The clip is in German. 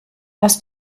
was